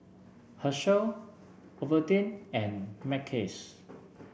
Herschel Ovaltine and Mackays